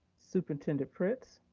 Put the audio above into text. superintendent fritz.